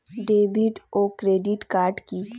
David ও credit card কি?